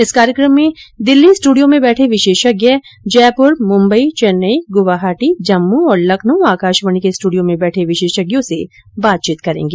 इस कार्यक्रम में दिल्ली स्टूडियो में बैठे विशेषज्ञ जयपुर मुंबई चेन्नई गुवाहाटी जम्मू और लखनऊ आकाशवाणी के स्टूडियो में बैठे विशेषज्ञो से बातचीत करें गे